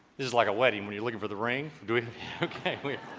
this is like a wedding when you're looking for the ring do wait